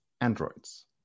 androids